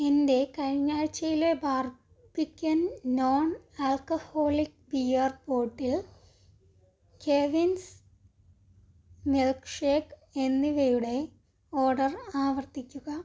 എന്റെ കഴിഞ്ഞ ആഴ്ചയിലെ Barbican non alcoholic beer bottle Kevin's milk shake എന്നിവയുടെ ഓഡർ ആവർത്തിക്കുക